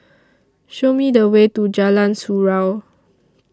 Show Me The Way to Jalan Surau